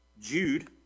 jude